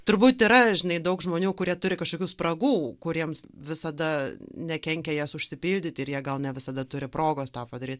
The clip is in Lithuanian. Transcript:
turbūt yra žinai daug žmonių kurie turi kažkokių spragų kuriems visada nekenkia jas užsipildyt ir jie gal ne visada turi progos tą padaryt